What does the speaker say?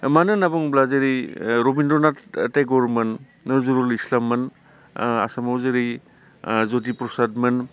मानो होनना बुंब्ला जेरै रबीन्द्र'नाथ टेगरमोन नजरुल इस्लाममोन आसामाव जेरै ज्यति प्रसादमोन